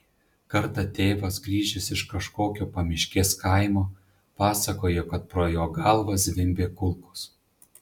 kartą tėvas grįžęs iš kažkokio pamiškės kaimo pasakojo kad pro jo galvą zvimbė kulkos